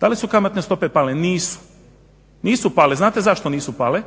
Da li su kamatne stope pale? Nisu, nisu pale. Znate zašto nisu pale?